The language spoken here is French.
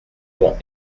dont